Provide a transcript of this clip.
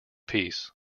piece